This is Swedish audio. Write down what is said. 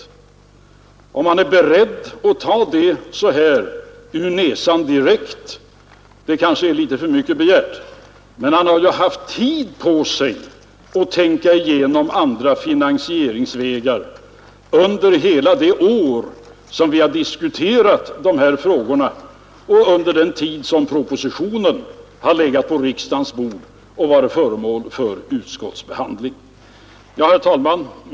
Men är herr Ahlmark verkligen beredd att så att säga ta de pengarna direkt ur näsan? Nå, det kanske är litet för mycket begärt. Men herr Ahlmark har ju haft tid på sig att tänka igenom andra finansieringsvägar under hela det år som vi har diskuterat dessa frågor och under den tid som propositionen har legat på riksdagens bord och varit föremål för utskottets behandling. Herr talman!